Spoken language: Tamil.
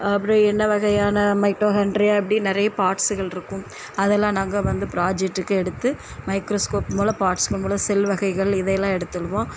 அப்பறம் என்ன வகையான மைட்டோஹான்ரியா அப்டினு நிறையா பார்ட்சுகள் இருக்கும் அதெலாம் நாங்கள் வந்து ப்ராஜெக்ட்க்கு எடுத்து மைக்ரோஸ்கோப் மூலம் பார்ட்ஸ்கள் மூலம் செல் வகைகள் இதை எல்லாம் எடுத்துருவோம்